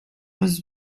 was